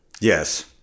Yes